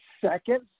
seconds